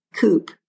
Coupe